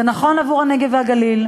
זה נכון עבור הנגב והגליל,